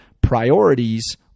priorities